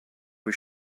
was